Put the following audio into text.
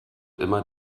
immer